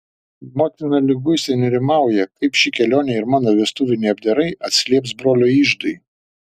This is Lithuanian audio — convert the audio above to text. motina liguistai nerimauja kaip ši kelionė ir mano vestuviniai apdarai atsilieps brolio iždui